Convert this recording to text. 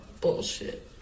bullshit